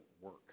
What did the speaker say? work